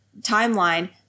timeline